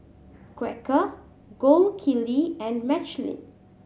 Quaker Gold Kili and Michelin